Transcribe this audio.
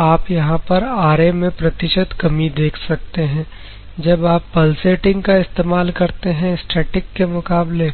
तो आप यहां पर Ra मैं प्रतिशत कमी देख सकते हैं जब आप पलसेटिंग का इस्तेमाल करते हैं स्टैटिक के मुकाबले